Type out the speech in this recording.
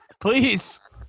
Please